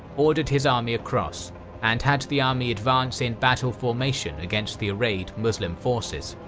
ordered his army across and had the army advance in battle formation against the arrayed muslim forces.